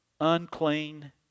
unclean